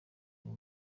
uyu